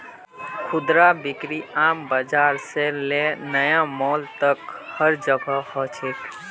खुदरा बिक्री आम बाजार से ले नया मॉल तक हर जोगह हो छेक